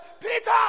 Peter